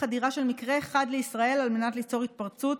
חדירה של מקרה אחד לישראל על מנת ליצור התפרצות,